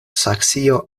saksio